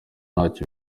ntacyo